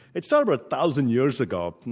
it started a thousand years ago,